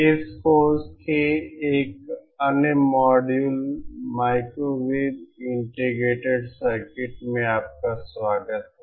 इस कोर्स के एक अन्य मॉड्यूल माइक्रोवेव इंटीग्रेटेड सर्किट में आपका स्वागत है